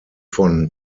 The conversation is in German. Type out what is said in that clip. von